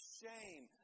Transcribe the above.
shame